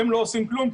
הם לא עושים כלום.